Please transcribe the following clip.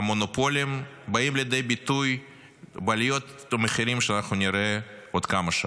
המונופולים באים לידי ביטוי בעליות המחירים שנראה עוד כמה שעות.